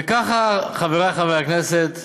וככה, חברי חברי כנסת,